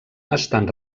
estan